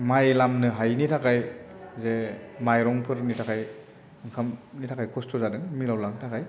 माइ लामनो हायिनि थाखाय जे माइरंफोरनि थाखाय ओंखामनि थाखाय खस्त' जादों मिलआव लांनो थाखाय